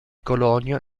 colonia